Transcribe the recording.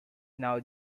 now